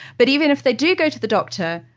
but even if they do go to the doctor,